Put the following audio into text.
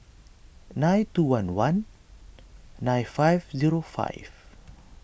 nine two one one nine five zero five